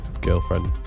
girlfriend